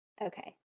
Okay